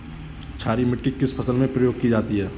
क्षारीय मिट्टी किस फसल में प्रयोग की जाती है?